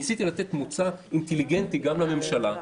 ניסיתי לתת מוצא אינטליגנטי גם לממשלה,